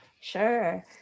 Sure